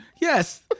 Yes